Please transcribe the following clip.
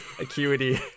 acuity